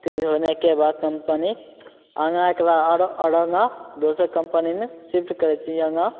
तेज होनेके बाद कम्पनी आगाँ एकरा आओर आगाँ दोसर कम्पनीमे शिफ्ट करै छै ई आगाँ